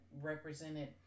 represented